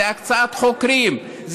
הקצאת חוקרים,